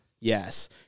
Yes